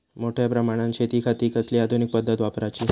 मोठ्या प्रमानात शेतिखाती कसली आधूनिक पद्धत वापराची?